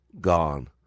gone